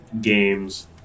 games